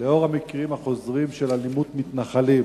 לנוכח המקרים החוזרים של אלימות מתנחלים